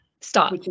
Stop